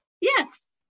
Yes